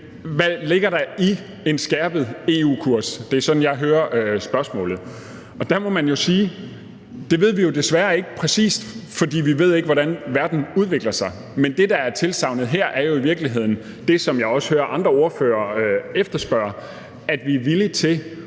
Hvad ligger der i en skærpet EU-kurs? Det er sådan, jeg hører spørgsmålet. Og der må man jo sige, at det ved vi desværre ikke præcis, fordi vi ikke ved, hvordan verden udvikler sig. Men det, der er tilsagnet her, er jo i virkeligheden det, som jeg også hører andre ordførere efterspørge, nemlig at vi er villige til